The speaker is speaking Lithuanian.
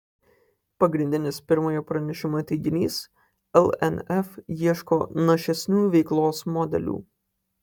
pagrindinis pirmojo pranešimo teiginys lnf ieško našesnių veiklos modelių